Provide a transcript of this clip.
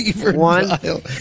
One